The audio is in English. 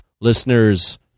listeners